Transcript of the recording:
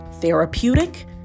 therapeutic